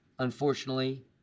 Unfortunately